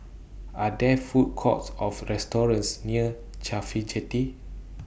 Are There Food Courts of restaurants near Cafhi Jetty